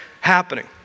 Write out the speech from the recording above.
happening